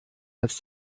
als